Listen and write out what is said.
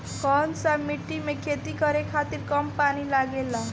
कौन सा मिट्टी में खेती करे खातिर कम पानी लागेला?